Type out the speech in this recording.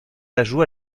ajouts